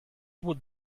would